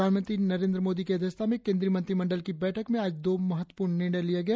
प्रधानमंत्री नरेंद्र मोदी की अध्यक्षता में केंद्रीय मंत्रिमंडल की बैठक में आज दो महत्वपूर्ण फैसले लिए गए